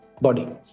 body